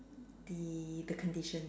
the the condition